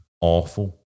awful